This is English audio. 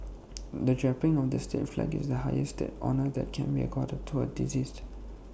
the draping of the state flag is the highest state honour that can be accorded to A deceased